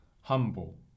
humble